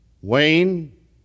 Wayne